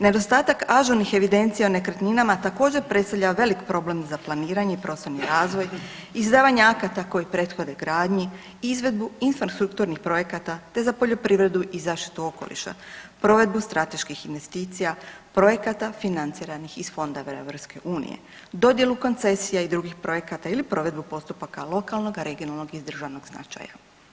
Nedostatak ažurnih evidencija o nekretninama također, predstavlja velik problem za planiranje i prostorni razvoj, izdavanje akata koji prethode gradnji, izvedbu infrastrukturnih projekata te za poljoprivredu i zaštitu okoliša, provedbu strateških investicija, projekata financiranih iz fondova EU, dodjelu koncesija i drugih projekata ili provedbu postupaka lokalnoga, regionalnog i državnog značaja.